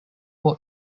for